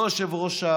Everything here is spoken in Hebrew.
לא ראש האופוזיציה,